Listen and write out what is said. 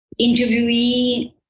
interviewee